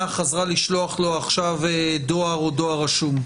חזרה לשלוח לו עכשיו דואר או דואר רשום.